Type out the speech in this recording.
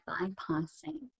bypassing